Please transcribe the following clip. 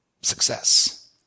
Success